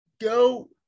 go